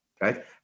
right